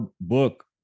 book